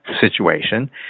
situation